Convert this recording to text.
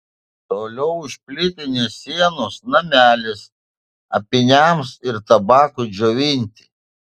tolėliau už plytinės sienos namelis apyniams ar tabakui džiovinti